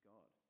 God